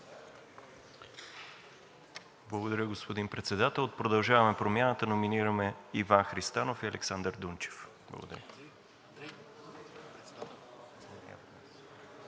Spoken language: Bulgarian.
Благодаря, господин Председател. От „Продължаваме Промяната“ номинираме Иван Христанов и Александър Дунчев. Благодаря.